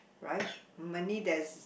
right money there's